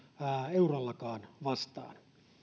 eurollakaan vastaan